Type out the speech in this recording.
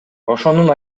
ошонун